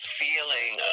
feeling